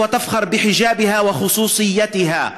שתתגאה בסממנים המייחדים אותה ובחיג'אב שלה,